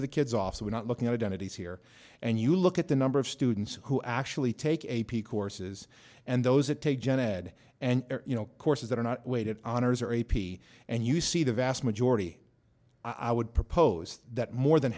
of the kids off so we're not looking at identities here and you look at the number of students who actually take a p courses and those that take gen ed and you know courses that are not weighted honors or a p and you see the vast majority i would propose that more than